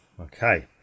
Okay